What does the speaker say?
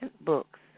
books